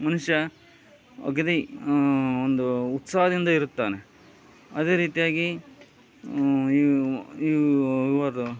ಮನುಷ್ಯ ಒಂದು ಉತ್ಸಾಹದಿಂದ ಇರುತ್ತಾನೆ ಅದೇ ರೀತಿಯಾಗಿ ಈ ಇವರು